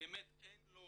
באמת אין לו